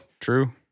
True